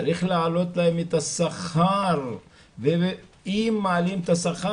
צריך להעלות את השכר ואם מעלים את השכר